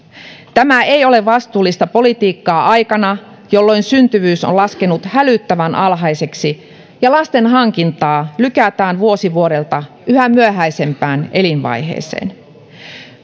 tämä ei ole vastuullista politiikkaa aikana jolloin syntyvyys on laskenut hälyttävän alhaiseksi ja lasten hankintaa lykätään vuosi vuodelta yhä myöhäisempään elinvaiheeseen